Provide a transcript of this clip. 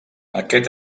aquest